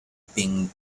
bing